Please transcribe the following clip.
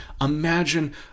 Imagine